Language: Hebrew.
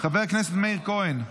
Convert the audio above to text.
חבר הכנסת מאיר כהן,